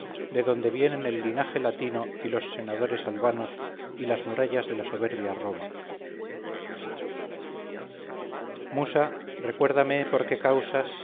de donde vienen el linaje latino y los senadores albanos y las murallas de la soberbia roma musa recuérdame por qué causas